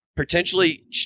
potentially